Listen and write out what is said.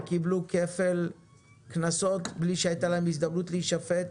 קיבלו כפל קנסות בלי שהייתה להם הזדמנות להישפט,